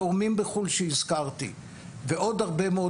תורמים בחוץ לארץ שהזכרתי בתחילת דבריי ועוד הרבה מאוד